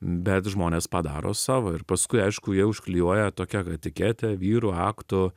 bet žmonės padaro savo ir paskui aišku jie užklijuoja tokią etiketę vyrų aktų